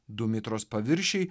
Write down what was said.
du mitros paviršiai